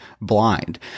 blind